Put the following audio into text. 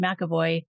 McAvoy